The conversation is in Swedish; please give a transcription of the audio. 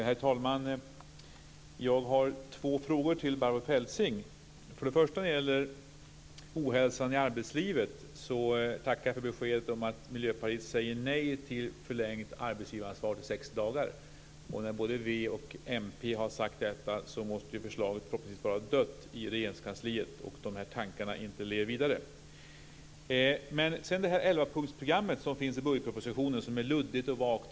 Herr talman! Jag har några frågor till Barbro Feltzing. För det första gäller det ohälsan i arbetslivet. Jag tackar för beskedet att Miljöpartiet säger nej till ett förlängt arbetsgivaransvar till 60 dagar. När både v och mp har sagt detta måste väl förslaget vara dött i Regeringskansliet. Jag hoppas alltså att de här tankarna inte lever vidare. Sedan har vi det 11-punktsprogram som finns i budgetpropositionen och som är luddigt och vagt.